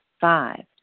Five